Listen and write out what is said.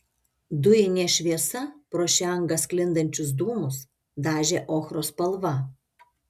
dujinė šviesa pro šią angą sklindančius dūmus dažė ochros spalva